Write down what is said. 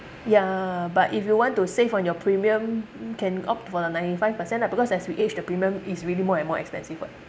yeah but if you want to save on your premium can opt for the ninety five percent lah because as we age the premium is really more and more expensive [what]